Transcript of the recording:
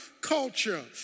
culture